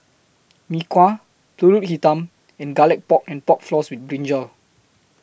Mee Kuah Pulut Hitam and Garlic Pork and Pork Floss with Brinjal